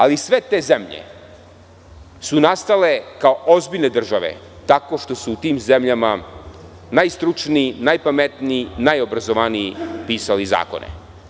Ali, sve te zemlje su nastale kao ozbiljne države tako što su u tim zemljama najstručniji, najpametniji, najobrazovaniji pisali zakone.